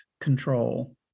control